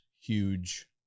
huge